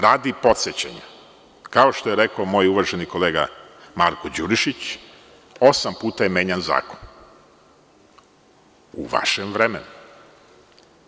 Radi podsećanja, kao što je rekao moj uvaženi kolega Marko Đurišić, osam puta je menjan Zakon u vašem vremenu.